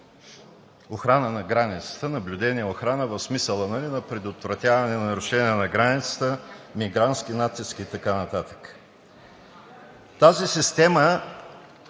армия, за охрана, наблюдение в смисъла на предотвратяване на нарушения на границата, мигрантски натиск и така нататък. Тази система,